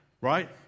Right